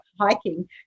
hiking